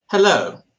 Hello